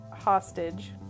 hostage